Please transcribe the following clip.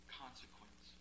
consequence